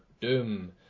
Doom